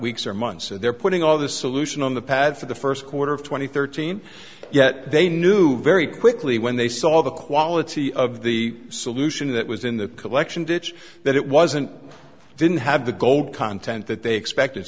weeks or months so they're putting all this solution on the pad for the first quarter of two thousand and thirteen yet they knew very quickly when they saw the quality of the solution that was in the collection ditch that it wasn't didn't have the gold content that they expect